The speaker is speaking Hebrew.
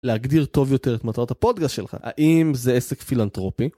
להגדיר טוב יותר את מטרות הפודקאסט שלך. האם זה עסק פילנטרופי?